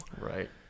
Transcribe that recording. right